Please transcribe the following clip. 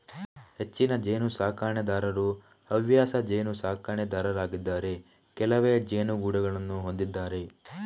ಹೆಚ್ಚಿನ ಜೇನು ಸಾಕಣೆದಾರರು ಹವ್ಯಾಸ ಜೇನು ಸಾಕಣೆದಾರರಾಗಿದ್ದಾರೆ ಕೆಲವೇ ಜೇನುಗೂಡುಗಳನ್ನು ಹೊಂದಿದ್ದಾರೆ